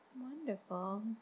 Wonderful